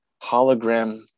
hologram